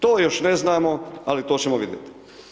To još ne znamo ali to ćemo vidjeti.